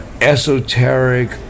esoteric